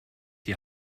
die